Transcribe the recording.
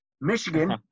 Michigan